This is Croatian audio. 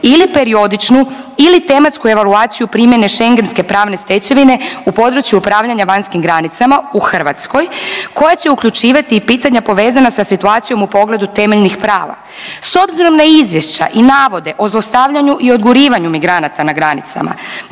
ili periodičnu ili tematsku evaluaciju primjene schengentske pravne stečevine u području upravljanja vanjskim granicama u Hrvatskoj koja će uključivati i pitanja povezana sa situacijom u pogledu temeljnih prava. S obzirom na izvješća i navode o zlostavljanju i odgurivanju migranata na granicama